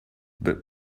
but